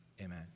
Amen